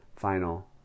final